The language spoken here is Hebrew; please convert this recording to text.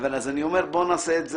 אי אפשר להפריד,